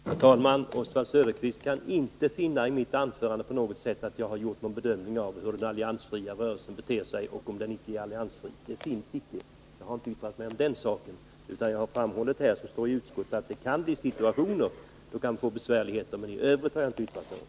Herr talman! Oswald Söderqvist kan inte finna att jag i mitt anförande har gjort någon bedömning av hur den alliansfria rörelsen beter sig eller av om den är alliansfri eller ej. Jag har inte yttrat mig om den saken. Vad jag har framhållit är det som också står i utskottsbetänkandet, att det kan uppstå situationer då det kan bli besvärligheter. I övrigt har jag inte uttalat mig.